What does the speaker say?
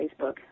Facebook